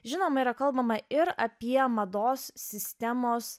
žinoma yra kalbama ir apie mados sistemos